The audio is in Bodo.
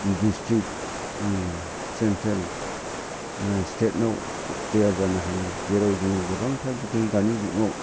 डिस्ट्रिक सेन्ट्रेल स्टेटनाव प्लेयार जानो हायो जेराव जोङो गोबांथार जों बिदिनो दानि जुगाव